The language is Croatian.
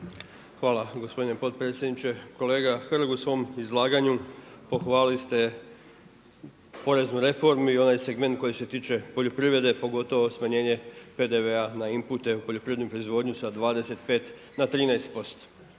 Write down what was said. Hvala gospodine potpredsjedniče. Kolega Hrg u svom izlaganju pohvalili ste poreznu reformu i onaj segment koji se tiče poljoprivrede pogotovo smanjenje PDV-a na inpute u poljoprivrednoj proizvodnji sa 25 na 13%.